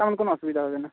তেমন কোনো আসুবিধা হবে না